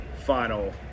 final